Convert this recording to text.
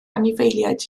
anifeiliaid